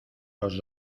los